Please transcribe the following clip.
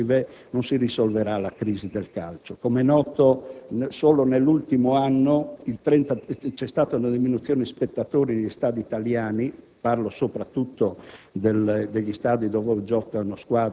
sono convinto che con queste misure repressive non si risolverà la crisi del calcio. Come è noto, solo nell'ultimo anno vi è stata una diminuzione di spettatori negli stadi italiani